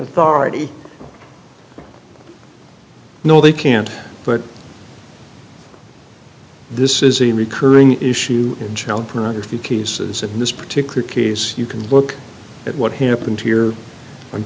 authority no they can't but this is a recurring issue in child pornography cases in this particular case you can look at what happened here on